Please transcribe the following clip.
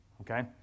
Okay